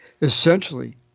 Essentially